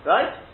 Right